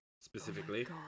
Specifically